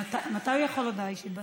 מתי הוא יכול הודעה אישית?